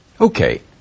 Okay